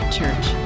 Church